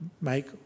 make